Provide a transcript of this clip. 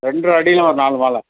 ரெண்டர அடியில ஒரு நாலு மாலை